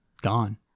gone